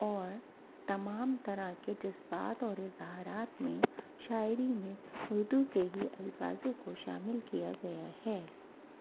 اور تمام طرح کے جذبات اور اظہارات میں شاعری میں اردو کے ہی الفاظوں کو شامل کیا گیا ہے